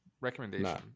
recommendation